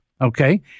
Okay